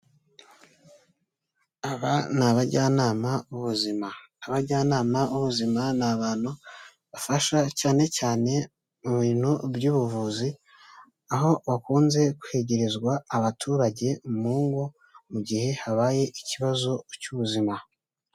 Aba ni abajyanama b'ubuzima, abajyanama b'ubuzima ni abantu bafasha cyane cyane mu bintu by'ubuvuzi aho bakunze kwegerezwa abaturage mu ngo mu gihe habaye ikibazo cy'ubuzima.